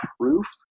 proof